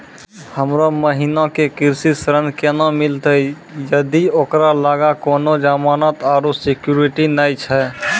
हमरो बहिनो के कृषि ऋण केना मिलतै जदि ओकरा लगां कोनो जमानत आरु सिक्योरिटी नै छै?